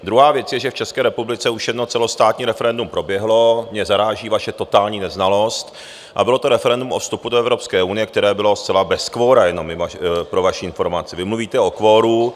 Druhá věc je, že v České republice už jedno celostátní referendum proběhlo, mě zaráží vaše totální neznalost, a bylo to referendum o vstupu do Evropské unie, které bylo zcela bez kvora, jenom pro vaši informaci vy mluvíte o kvoru.